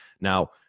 Now